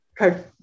okay